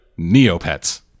Neopets